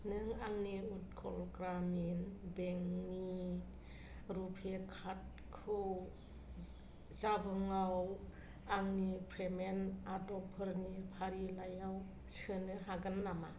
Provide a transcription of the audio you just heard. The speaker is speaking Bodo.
नों आंनि उट्कल ग्रामिन बेंकनि रुपे कार्डखौ जाबंआव आंनि पेमेन्ट आदबफोरनि फारिलाइयाव सोनो हागोन नामा